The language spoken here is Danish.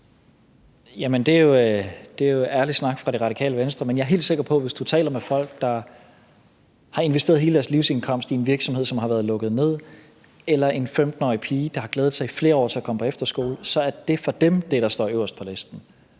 Det er jo ærlig snak fra Det Radikale Venstre. Men jeg er helt sikker på, at hvis du taler med folk, der har investeret hele deres livsindkomst i en virksomhed, som har været lukket ned, eller en 15-årig pige, der har glædet sig i flere år til at komme på efterskole, så er det for dem det, der står øverst på listen.